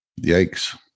yikes